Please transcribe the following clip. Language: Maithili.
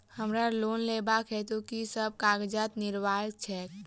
हमरा लोन लेबाक हेतु की सब कागजात अनिवार्य छैक?